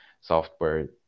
software